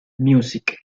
music